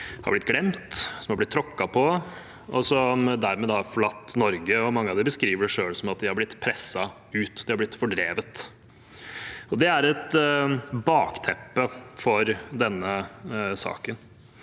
som har blitt glemt, som har blitt tråkket på, og som dermed har forlatt Norge. Mange av dem beskriver det selv som at de har blitt presset ut, de har blitt fordrevet. Det er et bakteppe for denne saken.